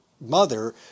mother